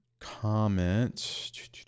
comment